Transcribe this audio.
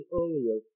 earlier